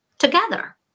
together